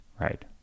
right